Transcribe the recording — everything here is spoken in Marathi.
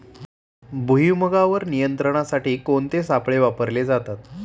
भुईमुगावर नियंत्रणासाठी कोणते सापळे वापरले जातात?